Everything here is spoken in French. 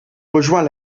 rejoint